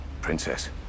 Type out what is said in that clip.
princess